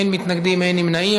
אין מתנגדים ואין נמנעים.